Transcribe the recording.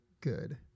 good